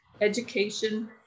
education